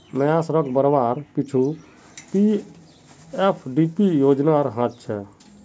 नया सड़क बनवार पीछू पीएफडीपी योजनार हाथ छेक